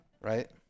Right